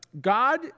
God